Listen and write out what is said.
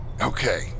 Okay